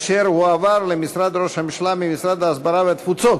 אשר הועבר למשרד ראש הממשלה ממשרד ההסברה והתפוצות